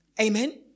Amen